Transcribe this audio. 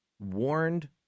warned